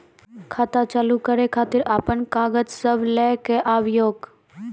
खाता चालू करै खातिर आपन कागज सब लै कऽ आबयोक?